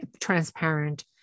Transparent